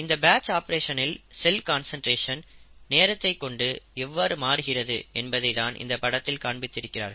இந்த பேட்ச் ஆப்பரேஷனில் cell concentration நேரத்தை கொண்டு எவ்வாறு மாறுகிறது என்பதை தான் இந்த படத்தில் காண்பித்து இருக்கிறார்கள்